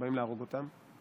כשבאים להרוג אותם?